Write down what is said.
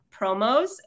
promos